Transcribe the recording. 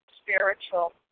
spiritual